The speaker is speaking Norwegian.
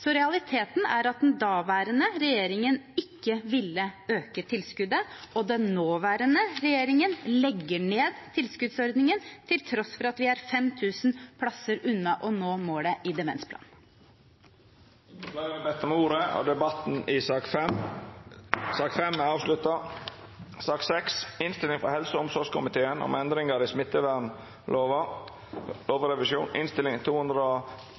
Realiteten er at den daværende regjeringen ikke ville øke tilskuddet, og den nåværende regjeringen legger ned tilskuddsordningen, til tross for at vi er 5 000 plasser unna å nå målet i demensplanen. Fleire har ikkje bedt om ordet til sak nr. 5. Etter ynske frå helse- og omsorgskomiteen vil presidenten føreslå at taletida vert avgrensa til 3 minutt til kvar partigruppe og